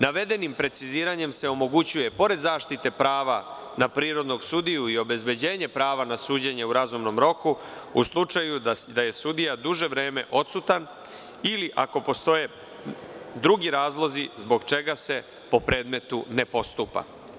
Navedenim preciziranjem se omogućuje, pored zaštite prava na prirodnog sudiju i obezbeđenje prava na suđenje u razumnom roku,u slučaju da je sudija duže vreme odsutan ili ako postoje drugi razlozi zbog čega se po predmetu ne postupa.